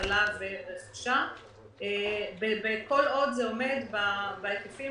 להפעלה ולרכישה כל עוד זה עומד בהיקפים